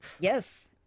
yes